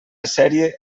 sèrie